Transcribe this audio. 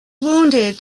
wounded